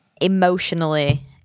emotionally